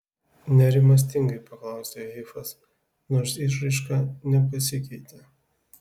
nerimastingai paklausė hifas nors išraiška nepasikeitė